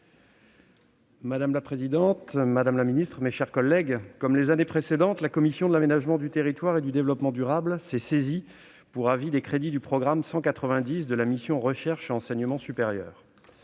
Madame la présidente, madame la ministre, mes chers collègues, comme les années précédentes, la commission de l'aménagement du territoire et du développement durable s'est saisie pour avis des crédits du programme 190, « Recherche dans les domaines